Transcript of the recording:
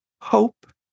Hope